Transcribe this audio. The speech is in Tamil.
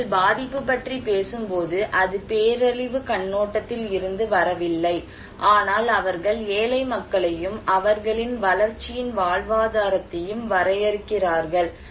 அவர்கள் பாதிப்பு பற்றி பேசும்போது அது பேரழிவு கண்ணோட்டத்தில் இருந்து வரவில்லை ஆனால் அவர்கள் ஏழை மக்களையும் அவர்களின் வளர்ச்சியின் வாழ்வாதாரத்தையும் வரையறுக்கிறார்கள்